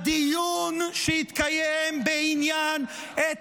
בדיון שהתקיים בעניין, אוי אוי אוי.